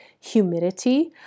humidity